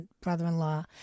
brother-in-law